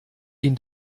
ihn